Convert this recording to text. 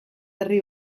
herri